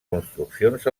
construccions